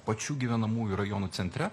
pačių gyvenamųjų rajonų centre